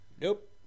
Nope